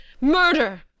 Murder